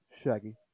Shaggy